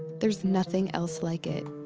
there's nothing else like it